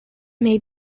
may